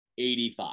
85